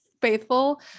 faithful